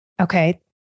Okay